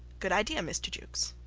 good idea, mr. jukes.